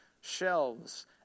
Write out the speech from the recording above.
shelves